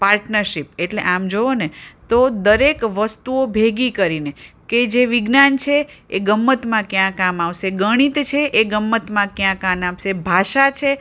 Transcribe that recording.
partnership એટલે આમ જુઓ ને તો દરેક વસ્તુઓ ભેગી કરીને કે જે વિજ્ઞાન છે એ ગમ્મતમાં ક્યાં કામ આવશે ગણિત છે એ ગમ્મતમાં ક્યાં કાન આપશે ભાષા છે